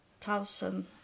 thousand